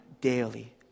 Daily